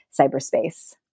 cyberspace